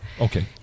Okay